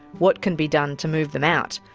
what can be done to move them out,